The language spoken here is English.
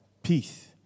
Peace